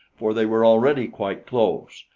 for they were already quite close.